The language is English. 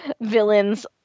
villains